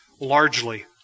Largely